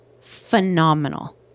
phenomenal